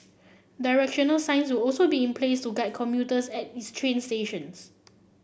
directional signs will also be in place to guide commuters at its train stations